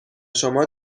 شما